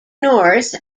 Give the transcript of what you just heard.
north